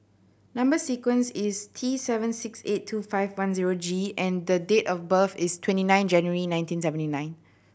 number sequence is T seven six eight two five one zero G and the date of birth is twenty nine January nineteen seventy nine